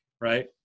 right